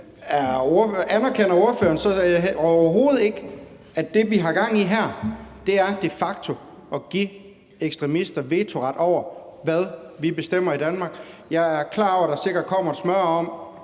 anerkender ordføreren overhovedet ikke, at det, vi har gang i her, de facto er at give ekstremister vetoret over, hvad vi bestemmer i Danmark? Jeg er klar over, at der sikkert kommer en smøre om,